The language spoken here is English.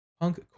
Punk